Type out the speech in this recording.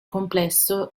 complesso